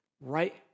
right